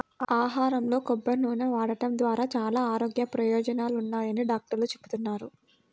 ఆహారంలో కొబ్బరి నూనె వాడటం ద్వారా చాలా ఆరోగ్య ప్రయోజనాలున్నాయని డాక్టర్లు చెబుతున్నారు